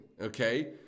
okay